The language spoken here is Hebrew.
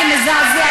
זה מזעזע.